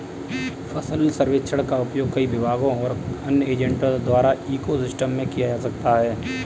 फसल सर्वेक्षण का उपयोग कई विभागों और अन्य एजेंटों द्वारा इको सिस्टम में किया जा सकता है